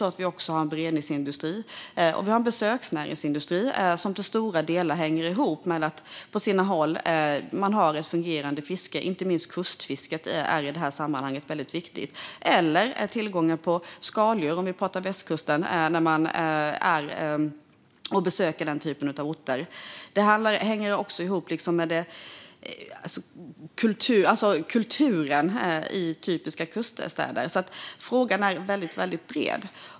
Det finns ju även en beredningsindustri liksom en besöksnäringsindustri, som till stora delar hänger ihop med att man på olika håll har ett fungerande fiske. Inte minst kustfisket är i sammanhanget väldigt viktigt. Det kan även gälla skaldjur om vi talar om västkusten, när man besöker orter där. Det hela hänger ihop med kulturen i typiska kuststäder. Frågan är väldigt bred.